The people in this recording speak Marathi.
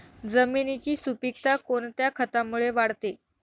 जमिनीची सुपिकता कोणत्या खतामुळे वाढते?